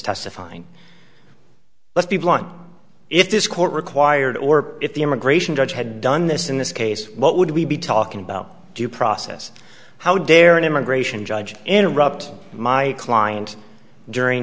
testifying let's be blunt if this court required or if the immigration judge had done this in this case what would we be talking about due process how dare an immigration judge interrupt my client during